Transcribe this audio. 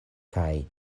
kaj